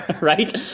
Right